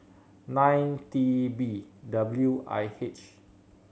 nine T B W I H